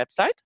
website